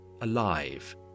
alive